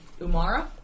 Umara